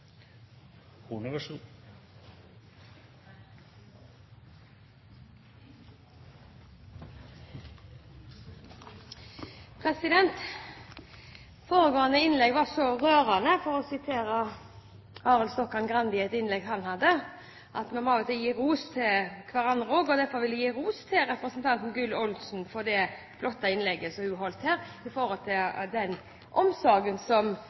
gjøre. Foregående innlegg var så rørende, for å gjenta det bl.a. Arild Stokkan-Grande har sagt tidligere. Vi må av og til gi ros til hverandre også, og derfor vil jeg gi ros til representanten Gunn Olsen for det flotte innlegget som hun holdt her, om den omsorgen som